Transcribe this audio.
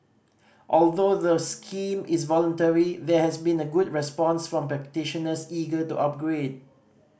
although the scheme is voluntary there has been a good response from practitioners eager to upgrade